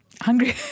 Hungry